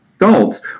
adults